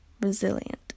resilient